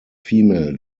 female